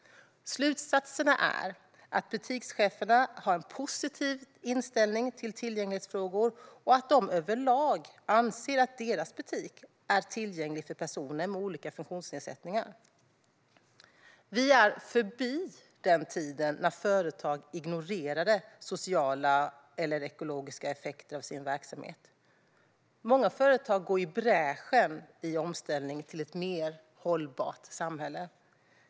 Slutsatserna är att butikscheferna har en positiv inställning till tillgänglighetsfrågor och att de överlag anser att deras butik är tillgänglig för personer med olika funktionsnedsättningar. Vi är förbi den tid när företag ignorerade sociala eller ekologiska effekter av sin verksamhet. Många företag går i bräschen för omställning till ett mer hållbart samhälle.